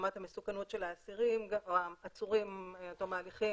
לרמת המסוכנות של האסירים או העצורים עד תום ההליכים